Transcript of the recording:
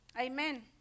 Amen